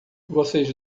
vocês